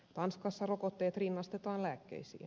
tanskassa rokotteet rinnastetaan lääkkeisiin